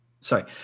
Sorry